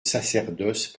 sacerdoce